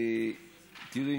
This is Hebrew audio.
תראי,